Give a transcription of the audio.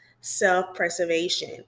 Self-preservation